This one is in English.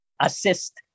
assist